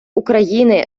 україни